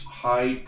high